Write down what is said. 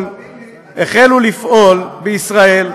לפעול תאמין לי, החלו לפעול בישראל,